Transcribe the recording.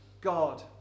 God